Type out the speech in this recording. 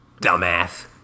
Dumbass